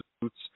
boots